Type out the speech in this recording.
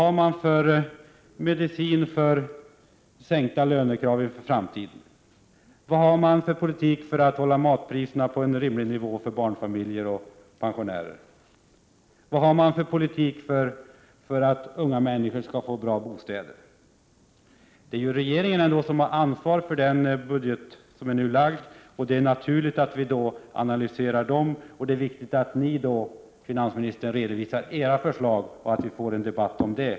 Vad har de för medicin för en sänkning av lönekraven i framtiden? Vad har de för politik för att hålla matpriserna på en rimlig nivå för barnfamiljer och pensionärer? Vad har de för politik för att unga människor skall få bra bostäder? Det är ju ändå regeringen som har ansvaret för den budget som har framlagts, och det är naturligt att vi analyserar förslagen i budgeten. Det är viktigt att ni i det sammanhanget, finansministern, redovisar era förslag och att vi får en debatt om dem.